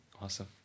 Awesome